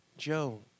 Joe